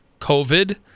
COVID